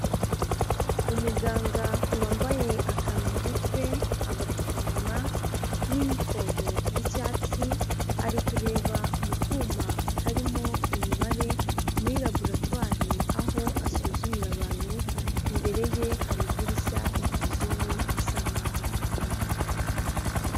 Umuganga wambaye akantu mu mutwe, agapfukamunwa n'inifomo y'icyatsi, ari kureba mu kuma karimo imibare muri raboratwari aho asuzumira abantu, imbere ye hari idirishya ryijimye bisa nkaho ari nijoro.